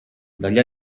dagli